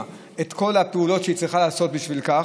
את כל הפעולות שהיא צריכה לעשות בשביל זה.